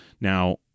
Now